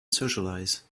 socialize